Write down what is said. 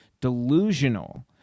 delusional